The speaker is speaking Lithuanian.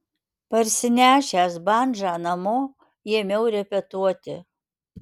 parsinešęs bandžą namo ėmiau repetuoti